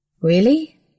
Really